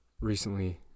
recently